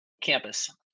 campus